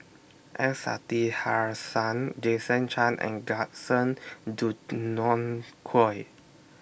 S Sasitharan Jason Chan and Gaston Dutronquoy